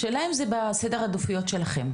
השאלה אם זה בראש סדר העדיפויות שלכן,